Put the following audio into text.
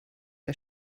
der